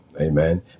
amen